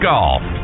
Golf